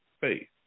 faith